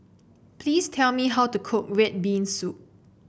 please tell me how to cook red bean soup